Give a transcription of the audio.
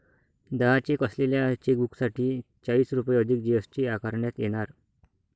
दहा चेक असलेल्या चेकबुकसाठी चाळीस रुपये अधिक जी.एस.टी आकारण्यात येणार